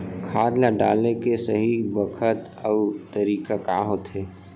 खाद ल डाले के सही बखत अऊ तरीका का होथे?